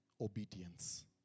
obedience